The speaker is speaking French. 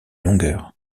longueur